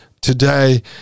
today